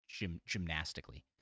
gymnastically